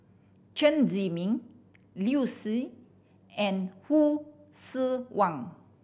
Chen Zhiming Liu Si and Hsu Tse Kwang